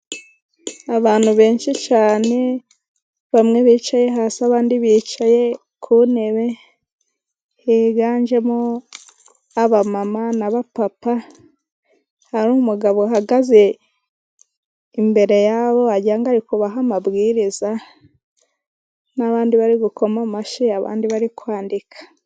Abantu benshi cyane bamwe bicaye hasi abandi bicaye ku ntebe higanjemo aba mama na papa hari umugabo uhagaze imbere yabo wagira ngo ari kubaha amabwiriza n'abandi bari bukoma amashyi abandi bari kwandika.